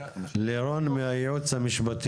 לירון מהייעוץ המשפטי.